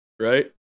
right